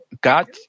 God